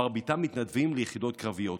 מרביתם מתנדבים ליחידות קרביות.